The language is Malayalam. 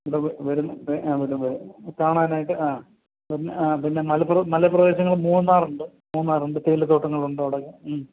ഇവിടെ വരുന്ന കാണാനായിട്ട് ആ പിന്നെ ആ പിന്നെ മലപ്രദേശങ്ങൾ മൂന്നാറുണ്ട് മൂന്നാറുണ്ട് തേയിലത്തോട്ടങ്ങളുണ്ട് അവിടെ